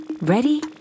Ready